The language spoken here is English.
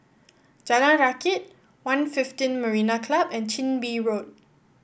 Jalan Rakit One fifteen Marina Club and Chin Bee Road